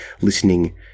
listening